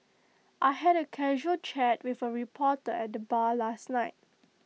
I had A casual chat with A reporter at the bar last night